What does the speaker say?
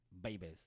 babies